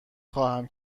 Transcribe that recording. خواهم